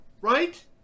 right